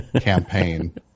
campaign